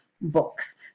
books